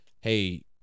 hey